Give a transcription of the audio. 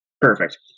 Perfect